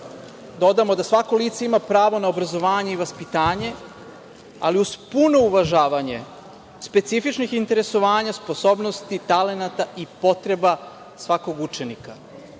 dodamo da svako lice ima pravo na obrazovanje i vaspitanje, ali uz puno uvažavanje, specifičnih interesovanja, sposobnosti, talenata i potreba svakog učenika. Ovaj